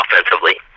offensively